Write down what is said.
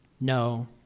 no